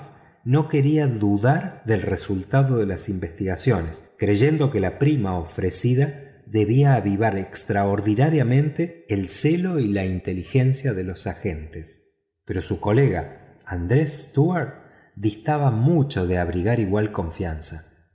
no quería dudar del resultado de las investigaciones creyendo que la prima ofrecida debía avivar extraordinariamente el celo y la inteligencia de los agentes pero su colega andrés stuart distaba mucho de abrigar igual confianza